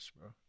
bro